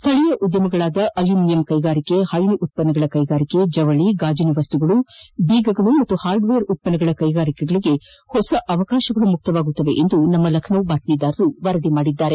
ಸ್ದಳೀಯ ಉದ್ಯಮಗಳಾದ ಅಲ್ಯೂಮಿನಿಯಂ ಕೈಗಾರಿಕೆ ಹೈನು ಉತ್ಪನ್ನಗಳ ಕೈಗಾರಿಕೆ ಜವಳಿ ಗಾಜಿನ ವಸ್ತುಗಳು ಬೀಗಗಳು ಮತ್ತು ಹಾರ್ಡ್ವೇರ್ ಉತ್ಪನ್ನಗಳ ಕೈಗಾರಿಕೆಗಳಿಗೆ ಹೊಸ ಅವಕಾಶಗಳು ಮುಕ್ತವಾಗಲಿವೆ ಎಂದು ನಮ್ಮ ಲಕನೌ ಬಾತ್ಮೀದಾರರು ವರದಿ ಮಾಡಿದ್ದಾರೆ